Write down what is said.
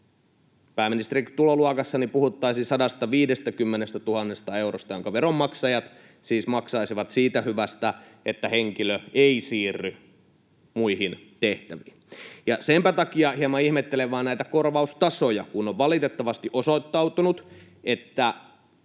Pääministerinkin tuloluokassa puhuttaisiin 150 000 eurosta, jonka veronmaksajat siis maksaisivat siitä hyvästä, että henkilö ei siirry muihin tehtäviin. Senpä takia hieman ihmettelen vaan näitä korvaustasoja, kun on valitettavasti osoittautunut, että